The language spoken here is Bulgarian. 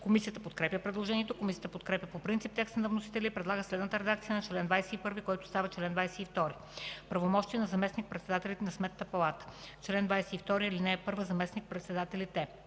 Комисията подкрепя предложението. Комисията подкрепя по принцип текста на вносителя и предлага следната редакция на чл. 21, който става чл. 22: „Правомощия на заместник-председателите на Сметната палата Чл. 22. (1) Заместник-председателите: